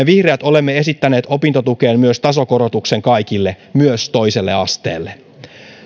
vihreät olemme esittäneet opintotukeen myös tasokorotuksen kaikille myös toiselle asteelle